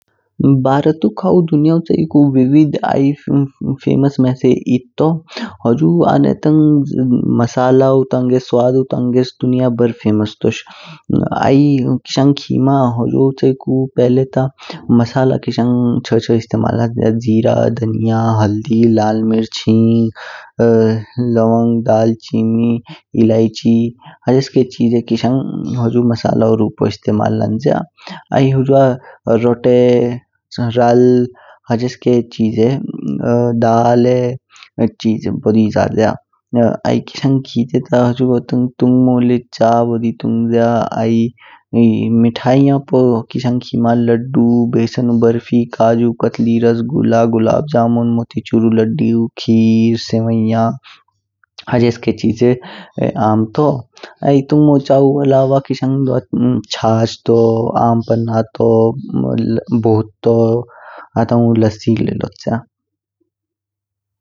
भारतू खऊ दुनियाओ चियकू विविध आइ फेमस मेसे एध तौ। हुजु आणे तंग मसालउ तंगे स्वदु तांगेस दुनिय बृ फेमस तोष। आइ किशंग खिमा होजो चियकू पहिले ता मसाला छ छ इस्तेमाल लंय्या जीरा, धनिया, हल्दी, लाल मिर्च, हींग, लौंग, दाल चीनी, इलायची ह्जेके चीजे किशंग हुजु मसालउ रूपो इस्तेमाल लंय्या। आइ हुज्वा रोटे, राल ह्जेके चीजे, दाले चीज बोडी जज्या। आइ किशंग खेते ता हुजुगो ले चा बोडी तुंगज्या। आइ मीठाइयैन पू लड्डू, बेसणु बर्फी, काजु कतली, रसोगुला, गुलाब जामुन, मोती चूर्र, खीर, सेवैय्या, ह्जेके चीजे आम तौ। आइ तुंगमो चाउ अलावा किशंग द्वा छाछ तौ, आम पन्ना तौ, बोटह तौ हताउ लस्सी ले लोच्य।